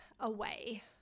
away